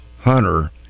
Hunter